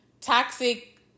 toxic